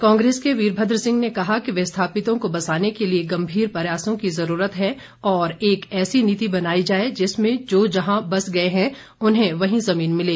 कांग्रेस के वीरभद्र सिंह ने कहा कि विस्थापितों को बसाने के लिए गंभीर प्रयासों की जरूरत है और एक ऐसी नीति बनाई जाएं जिसमें जो जहां बस गए हैं उन्हें वहीं जमीन मिले